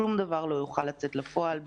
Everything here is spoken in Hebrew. שום דבר לא יוכל לצאת לפועל,